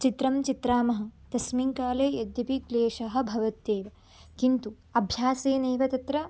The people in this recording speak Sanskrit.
चित्रं चित्रामः तस्मिन् काले यद्यपि क्लेशः भवत्येव किन्तु अभ्यासेनैव तत्र